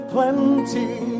Plenty